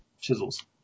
chisels